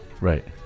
Right